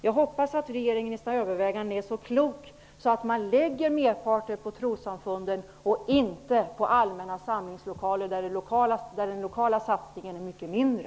Jag hoppas att regeringen i sina överväganden är så klok att den lägger merparten på trossamfunden och inte på allmänna samlingslokaler, där den lokala satsningen är mycket mindre.